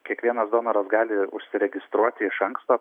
kiekvienas donoras gali užsiregistruoti iš anksto